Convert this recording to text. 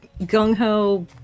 gung-ho